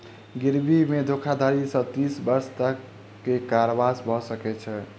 गिरवी मे धोखाधड़ी सॅ तीस वर्ष तक के कारावास भ सकै छै